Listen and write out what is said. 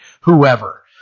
whoever